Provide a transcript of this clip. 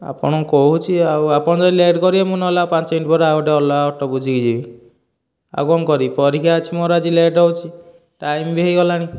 ଆପଣଙ୍କୁ କହୁଛି ଆଉ ଆପଣ ଯଦି ଲେଟ କରିବେ ମୁଁ ନହେଲେ ଆଉ ପାଞ୍ଚ ମିନିଟ ପରେ ଆଉ ଗୋଟେ ଅଲଗା ଅଟୋ ବୁଝିକି ଯିବି ଆଉ କଣ କରିବି ପରୀକ୍ଷା ଅଛି ମୋର ଆଜି ଲେଟ ହଉଛି ଟାଇମ ବି ହୋଇଗଲାଣି